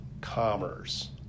commerce